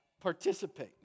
participate